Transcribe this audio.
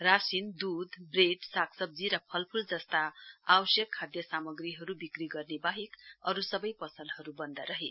राशिन दूध ब्रेड सागसब्जी र फलफूल जस्ता आवश्यक खाद्य सामग्रीहरू बिक्री गर्ने बाहेक अरू सबै पसलहरू बन्द रहे